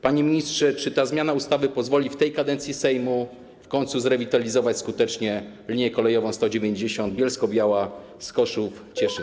Panie ministrze, czy ta zmiana ustawy pozwoli w tej kadencji Sejmu w końcu zrewitalizować skutecznie linię kolejową 190 Bielsko-Biała - Skoczów - Cieszyn?